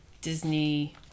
Disney